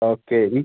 okay ഈ